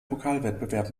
pokalwettbewerb